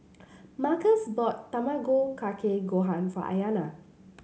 Markus bought Tamago Kake Gohan for Ayanna